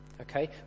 okay